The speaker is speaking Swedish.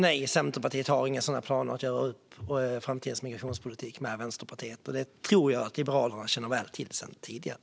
Nej, Centerpartiet har inga planer på att göra upp framtidens migrationspolitik med Vänsterpartiet. Det tror jag också att Liberalerna känner väl till sedan tidigare.